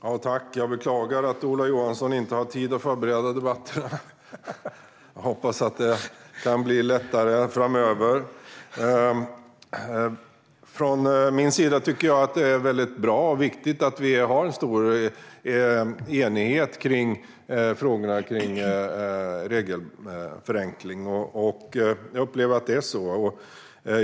Fru talman! Jag beklagar att Ola Johansson inte hade tid att förbereda debatten; jag hoppas att det kan bli lättare framöver. Från min sida tycker jag att det är väldigt bra och viktigt att vi har en stor enighet i frågorna om regelförenkling. Jag upplever att det är så.